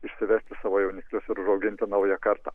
išsivesti savo jauniklius užauginti naują kartą